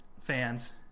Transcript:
fans